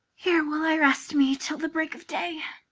here will i rest me till the break of day.